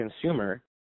consumer